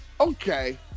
okay